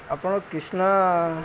ଆପଣ କିଷ୍ଣା